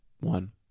One